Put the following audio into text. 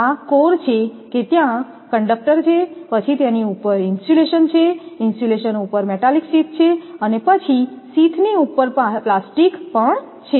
આ કોર છે કે ત્યાં કંડક્ટર છે પછી તેની ઉપર ઇન્સ્યુલેશન છે ઇન્સ્યુલેશન ઉપર મેટાલિક શીથ છે અને પછી શીથની ઉપર પ્લાસ્ટિક પણ છે